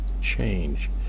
change